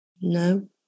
No